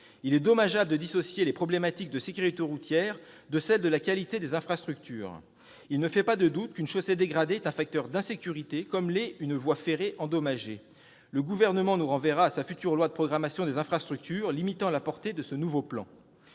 Il est dommageable de dissocier les problématiques de sécurité routière de celles de qualité des infrastructures. Il ne fait pas de doute qu'une chaussée dégradée est un facteur d'insécurité, tout comme l'est une voie ferrée endommagée. Le Gouvernement nous renverra à sa future loi de programmation des infrastructures, limitant la portée de ce nouveau plan.